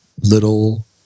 little